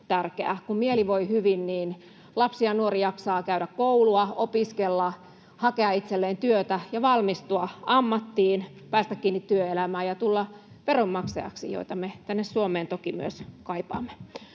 Kun mieli voi hyvin, niin lapsi ja nuori jaksaa käydä koulua, opiskella, hakea itselleen työtä ja valmistua ammattiin, päästä kiinni työelämään ja tulla veronmaksajaksi, joita me tänne Suomeen toki myös kaipaamme.